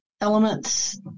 elements